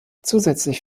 zusätzlich